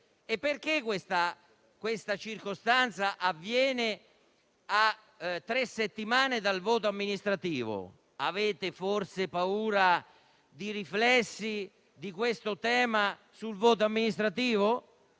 e perché questo avviene a tre settimane dal voto amministrativo? Avete forse paura dei riflessi di questo tema sul voto amministrativo?